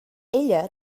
ella